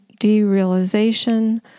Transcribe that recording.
derealization